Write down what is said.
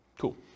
Cool